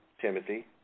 Timothy